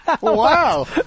Wow